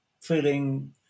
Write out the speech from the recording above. feeling